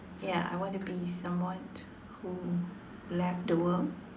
ya I want to be someone who left the world